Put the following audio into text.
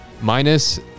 Minus